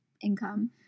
income